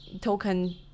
token